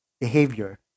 behavior